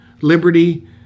liberty